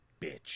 bitch